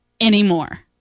anymore